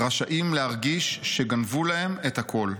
רשאים להרגיש שגנבו להם את הקול".